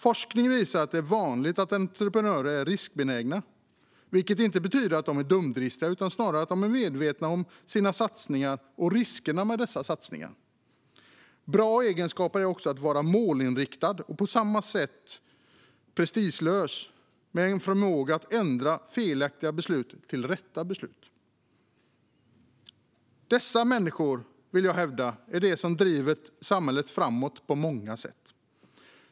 Forskning visar att det är vanligt att entreprenörer är riskbenägna, vilket inte betyder att de är dumdristiga utan snarare att de är medvetna om sina satsningar och riskerna med dessa. Bra egenskaper är också att vara målinriktad och på samma gång prestigelös med en förmåga att ändra felaktiga beslut till rätt beslut. Dessa människor är, vill jag hävda, de som driver samhället framåt på många sätt.